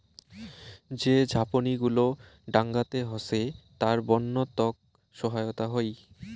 যে ঝাপনি গুলো ডাঙাতে হসে তার বন্য তক সহায়তা হই